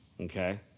Okay